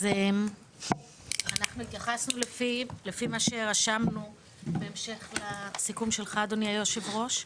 אז אנחנו התייחסנו לפי מה שרשמנו בהמשך לסיכום שלך אדוני היו"ר,